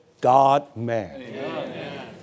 God-man